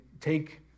take